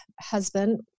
husband